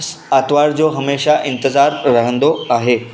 इस आरितवारु जो हमेशा इंतज़ारु रहंदो आहे